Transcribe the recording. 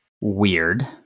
weird